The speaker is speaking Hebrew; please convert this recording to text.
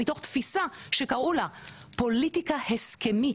מתוך תפיסה שקראו לה פוליטיקה הסכמית,